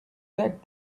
that